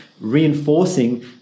reinforcing